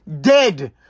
dead